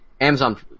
Amazon